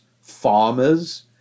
farmers